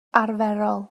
arferol